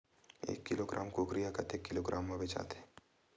एक किलोग्राम कुकरी ह कतेक किलोग्राम म बेचाथे?